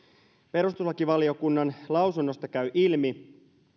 perustuslakivaliokunnan lausunnosta käy ilmi